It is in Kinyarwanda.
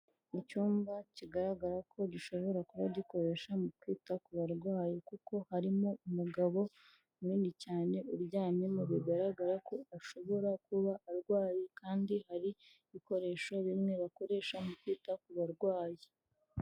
Icyumba kigaragara ko gishobora kuba gikoresha mu kwita ku barwayi kuko harimo umugabo munini cyane uryamyemo bigaragara ko ashobora kuba arwaye kandi hari ibikoresho bimwe bakoresha mu kwita ku barwayi.